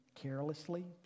carelessly